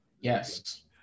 Yes